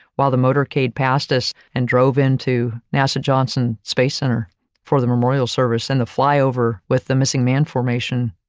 while the motorcade passed us and drove into nasa johnson space center for the memorial service and the flyover with the missing man formation.